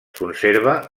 conserva